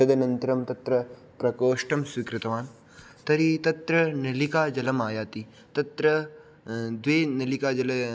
तदनन्तरं तत्र प्रकोष्ठं स्वीकृतवान् तर्हि तत्र नलिकाजलं आयाति तत्र द्वे नलिकाजलं